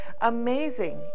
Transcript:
Amazing